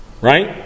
right